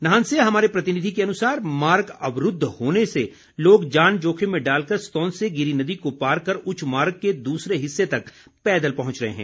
नाहन से हमारे प्रतिनिधि के अनुसार मार्ग अवरूद्व होने से लोग जान जोखिम में डालकर सतौन से गिरि नदी को पार कर उच्च मार्ग के दूसरे हिस्से तक पैदल पहुंच रहे हैं